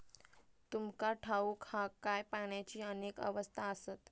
तुमका ठाऊक हा काय, पाण्याची अनेक अवस्था आसत?